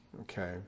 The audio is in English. Okay